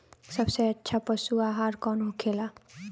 सबसे अच्छा पशु आहार कौन होखेला?